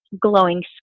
glowing